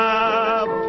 up